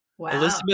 Elizabeth